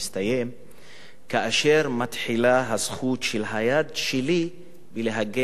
כאשר מתחילה הזכות של היד שלי להגן על האף שלי.